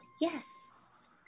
yes